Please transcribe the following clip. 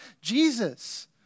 Jesus